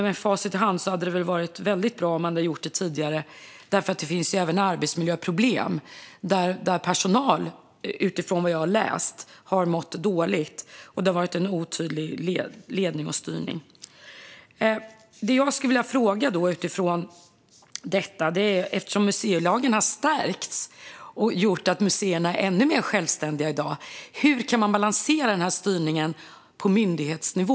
Med facit i hand hade det varit bra om man hade gjort det tidigare, eftersom det även finns arbetsmiljöproblem. Personal har, vad jag har läst, mått dåligt. Det har varit en otydlig ledning och styrning. Utifrån detta skulle jag vilja ställa en fråga till ministern. Museilagen har stärkts, vilket har gjort museerna ännu mer självständiga i dag. Hur kan man då balansera styrningen på myndighetsnivå?